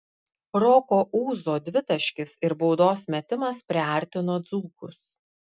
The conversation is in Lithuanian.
roko ūzo dvitaškis ir baudos metimas priartino dzūkus